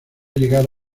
llegar